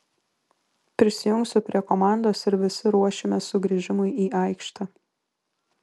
prisijungsiu prie komandos ir visi ruošimės sugrįžimui į aikštę